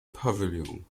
pavillon